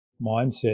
mindset